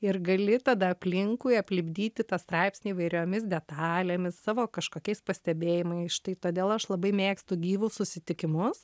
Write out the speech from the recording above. ir gali tada aplinkui aplipdyti tą straipsnį įvairiomis detalėmis savo kažkokiais pastebėjimais štai todėl aš labai mėgstu gyvus susitikimus